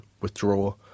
withdraw